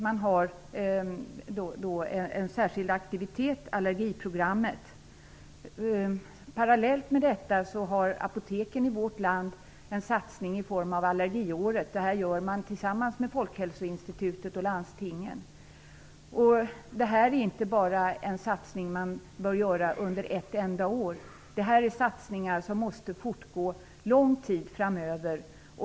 Man har en särskild aktivitet - allergiprogrammet. Parallellt med detta har apoteken i vårt land en satsning i form av allergiåret. Det gör man tillsammans med Folkhälsoinstitutet och landstingen. Det är inte bara en satsning man bör göra under ett enda år. Det är satsningar som måste fortgå lång tid framöver.